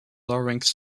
larynx